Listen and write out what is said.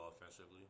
offensively